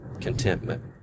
contentment